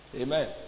Amen